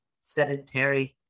sedentary